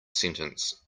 sentence